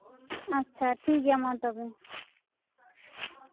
ᱟᱪᱪᱷᱟ ᱴᱷᱤᱠᱜᱮᱭᱟ ᱢᱟ ᱛᱚᱵᱮ